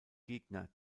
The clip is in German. gegner